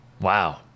wow